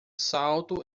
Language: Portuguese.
salto